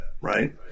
right